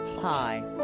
Hi